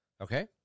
Okay